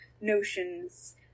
notions